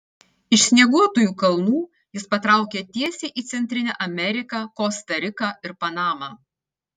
iš snieguotųjų kalnų jis patraukė tiesiai į centrinę ameriką kosta riką ir panamą